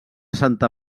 santa